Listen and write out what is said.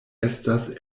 estas